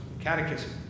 Catechism